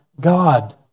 God